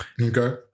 Okay